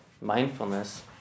Mindfulness